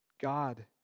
God